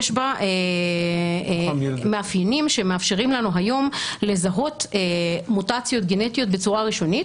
יש בה מאפיינים שמאפשרים לנו היום לזהות מוטציות גנטיות בצורה ראשונית,